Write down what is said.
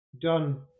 done